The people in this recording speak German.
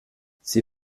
sie